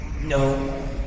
No